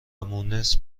مونس